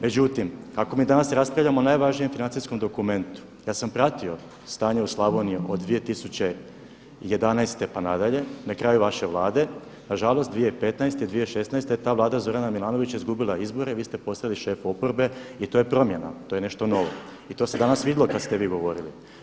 Međutim, kako mi danas raspravljamo o najvažnijem financijskom dokumentu, ja sam pratio stanje u Slavoniji od 2011. godine pa nadalje, na kraju vaše Vlade, nažalost 2015. i 2016. godine ta Vlada Zorana Milanovića izgubila je izbore, vi ste postali šef oporbe i to je promjena, to je nešto novo i to se danas vidjelo kad ste vi govorili.